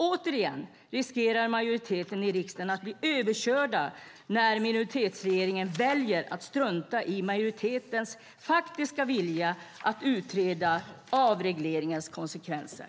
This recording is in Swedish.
Återigen riskerar majoriteten i riksdagen att bli överkörd när minoritetsregeringen väljer att strunta i majoritetens faktiska vilja att utreda avregleringens konsekvenser.